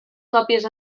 còpies